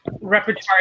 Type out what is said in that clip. repertoire